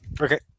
Okay